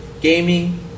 gaming